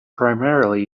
primarily